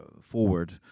forward